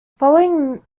following